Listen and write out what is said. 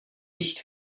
nicht